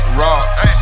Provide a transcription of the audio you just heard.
rocks